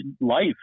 life